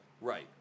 Right